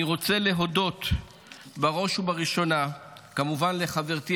אני רוצה להודות בראש ובראשונה כמובן לחברתי,